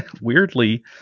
weirdly